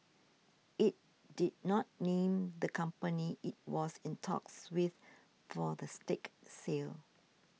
it did not name the company it was in talks with for the stake sale